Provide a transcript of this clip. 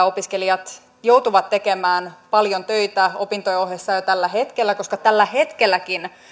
opiskelijat joutuvat tekemään paljon töitä opintojen ohessa jo tällä hetkellä koska tällä hetkelläkin